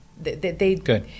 Good